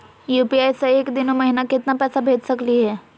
UPI स एक दिनो महिना केतना पैसा भेज सकली हे?